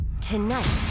Tonight